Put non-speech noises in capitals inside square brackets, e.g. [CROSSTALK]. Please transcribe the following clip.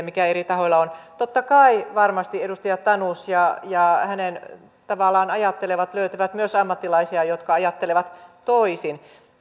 [UNINTELLIGIBLE] mikä eri tahoilla on totta kai varmasti edustaja tanus ja ja hänen tavallaan ajattelevat löytävät myös ammattilaisia jotka ajattelevat toisin